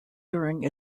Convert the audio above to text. during